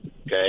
okay